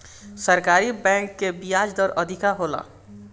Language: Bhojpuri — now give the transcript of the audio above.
सरकारी बैंक कअ बियाज दर अधिका होला